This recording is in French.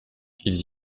ils